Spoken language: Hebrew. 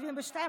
72,